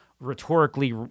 rhetorically